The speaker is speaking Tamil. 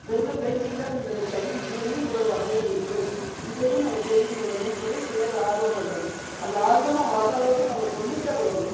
வெறுமனே பெயிண்டிங் தான்னு நினைக்காம இதுலேயும் இவ்வளோ வகைகள் இருக்குது இதையும் நம்ம தெரிஞ்சு கொள்ளணும்ன்னு சொல்லி பிள்ளைகள் ஆர்வமாக இருப்பாங்க அந்த ஆர்வமாக வர்ற அளவுக்கு நம்ம சொல்லித் தரணும்